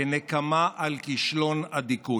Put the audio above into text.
כנקמה על כישלון הדיכוי.